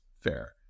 fair